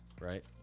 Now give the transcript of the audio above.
right